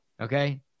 Okay